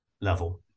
level